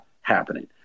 happening